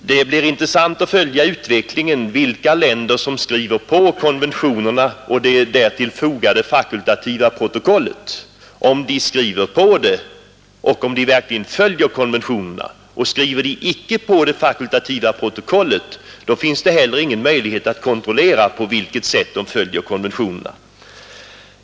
Det blir intressant att följa utvecklingen och se vilka länder som skriver på konventionerna och det därtill fogade fakultativa protokollet och om de verkligen följer konventionerna. Skriver de icke på det fakultativa protokollet finns det heller ingen möjlighet att kontrollera på vilket sätt de följer konventionerna.